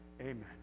Amen